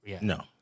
no